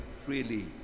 freely